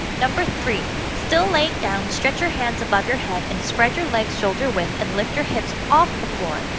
number three, still laying down, stretch your hands above your head and spread your legs shoulder-width and lift your hips off the floor.